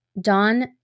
Don